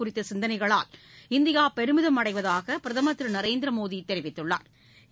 குறித்த சிந்தனைகளாால் இந்தியா பெருமிதம் அடைவதாக பிரதமர் திரு நரேந்திர மோடி தெரிவித்துள்ளா்